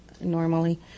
normally